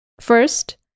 First